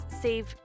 save